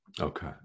Okay